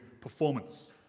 performance